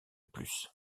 plus